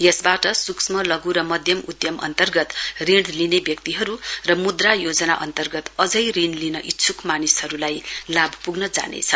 यसबाट सूक्ष्म लध् र मध्यम उधम अन्तर्गत ऋण लिने व्यक्तिहरू र मुद्रा योजना अन्तर्गत अझै ऋण लिन इच्छुक मानिसहरूलाई लाभ प्ग्न जानेछ